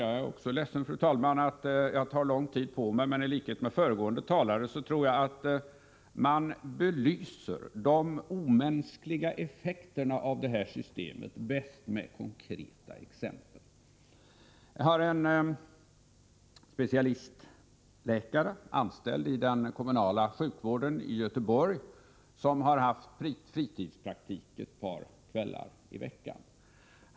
Jag är också ledsen, fru talman, att jag tar lång tid på mig, men i likhet med föregående talaren tror jag att man bäst belyser de omänskliga effekterna av detta system med konkreta exempel. Det gäller här en specialistläkare, som är anställd i den kommunala sjukvården i Göteborg. Han har haft fritidspraktik ett par kvällar i veckan.